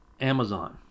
Amazon